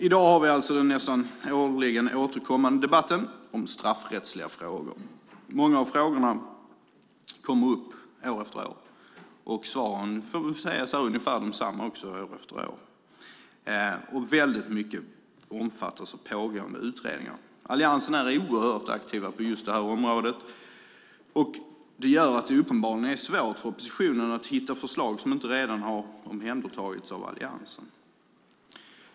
I dag har vi den nästan årligen återkommande debatten om straffrättsliga frågor. Många av frågorna kommer upp år efter år, och svaren är också ungefär de samma år efter år. Väldigt mycket omfattas av pågående utredningar. Alliansen är oerhört aktiv på just det här området. Det gör att det uppenbarligen är svårt för oppositionen att hitta förslag som inte redan har omhändertagits av Alliansen.